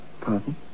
Pardon